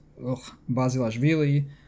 Basilashvili